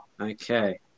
Okay